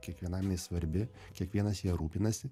kiekvienam jinai svarbi kiekvienas ja rūpinasi